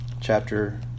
chapter